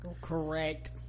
Correct